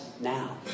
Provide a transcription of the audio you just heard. now